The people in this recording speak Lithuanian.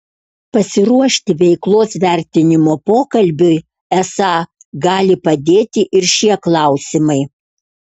pasiruošti veiklos vertinimo pokalbiui esą gali padėti ir šie klausimai